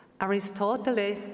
Aristotle